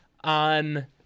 on